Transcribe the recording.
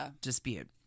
dispute